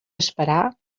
esperar